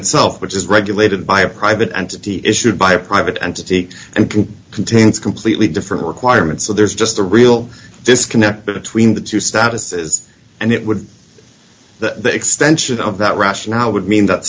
itself which is regulated by a private entity issued by a private entity and can contains completely different requirements so there's just a real disconnect between the two statuses and it would be the extension of that rationale would mean that